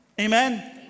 Amen